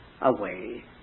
away